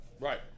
Right